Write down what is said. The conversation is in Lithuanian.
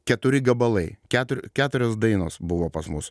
keturi gabalai ketur keturios dainos buvo pas mus